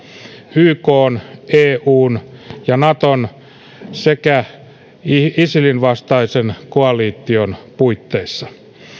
ykn eun ja naton sekä isilin vastaisen koalition puitteissa